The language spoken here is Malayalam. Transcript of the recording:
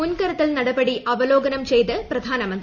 മുൻകരുതൽ നടപടി അവലോകനം ചെയ്ത് പ്രപധാനമന്ത്രി